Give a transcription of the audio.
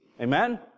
Amen